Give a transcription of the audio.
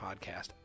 podcast